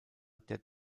der